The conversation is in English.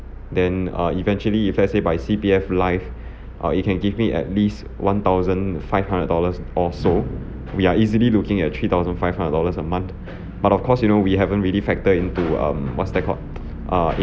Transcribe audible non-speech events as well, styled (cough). then uh eventually if let's say buy C_P_F Life (breath) uh it can give me at least one thousand five hundred dollars or so we are easily looking at three thousand five hundred dollars a month (breath) but of course you know we haven't really factor into um what's that called (noise) err